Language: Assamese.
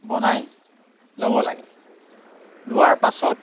বনাই ল'ব লাগে লোৱাৰ পাছত